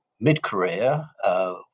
mid-career